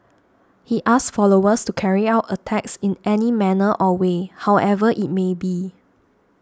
he asked followers to carry out attacks in any manner or way however it may be